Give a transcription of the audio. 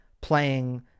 playing